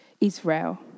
Israel